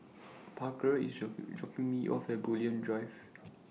Parker IS drop dropping Me off At Bulim Drive